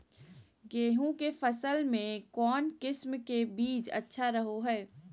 गेहूँ के फसल में कौन किसम के बीज अच्छा रहो हय?